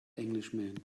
englishman